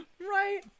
Right